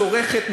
מצרים צורכת,